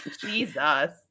Jesus